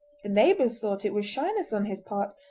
the neighbours thought it was shyness on his part,